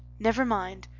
never mind.